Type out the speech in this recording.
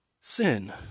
sin